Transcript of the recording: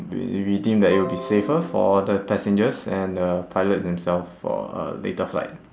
we we deem that it will be safer for the passengers and the pilots themselves for a later flight